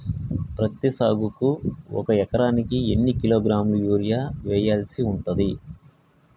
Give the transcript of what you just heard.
పత్తి సాగుకు ఒక ఎకరానికి ఎన్ని కిలోగ్రాముల యూరియా వెయ్యాల్సి ఉంటది?